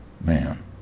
man